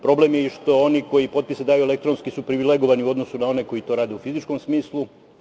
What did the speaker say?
Problem je i što oni koji popise daju elektronski su privilegovani u odnosu na one koji to rade u fizičkom smislu.